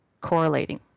correlating